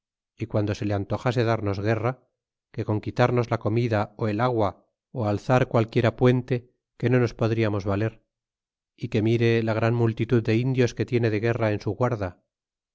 y guando se le antojase darnos guerra que con quitarnos la comida ó el agua ó alzar qualquiera puente que no nos podriamos valer é que mire la gran multitud de indios que tiene de guerra en su guarda